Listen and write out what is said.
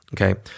Okay